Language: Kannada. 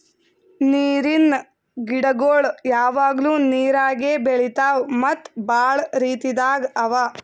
ನೀರಿನ್ ಗಿಡಗೊಳ್ ಯಾವಾಗ್ಲೂ ನೀರಾಗೆ ಬೆಳಿತಾವ್ ಮತ್ತ್ ಭಾಳ ರೀತಿದಾಗ್ ಅವಾ